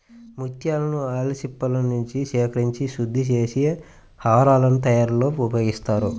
ముత్యాలను ఆల్చిప్పలనుంచి సేకరించి శుద్ధి చేసి హారాల తయారీలో ఉపయోగిస్తారు